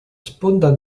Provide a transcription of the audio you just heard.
sponda